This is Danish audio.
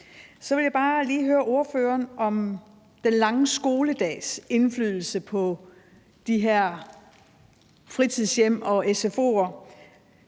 Så vil jeg bare lige høre ordføreren om den lange skoledags indflydelse på de her fritidshjem og sfo'er.